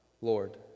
Lord